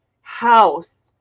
house